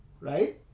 Right